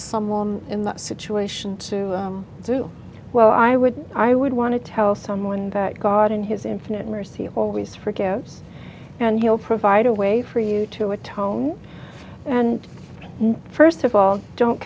someone in that situation to do well i would i would want to tell someone that god in his infinite mercy always forgives and he'll provide a way for you to atone and first of all don't